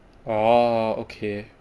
orh okay